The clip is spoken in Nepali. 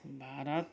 भारत